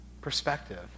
perspective